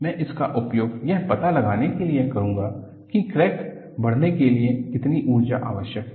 मैं इसका उपयोग यह पता लगाने के लिए करूंगा कि क्रैक बढ़ने के लिए कितनी ऊर्जा आवश्यक है